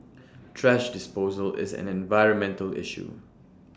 thrash disposal is an environmental issue